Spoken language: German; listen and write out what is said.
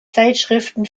zeitschriften